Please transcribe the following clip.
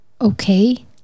okay